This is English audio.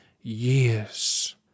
years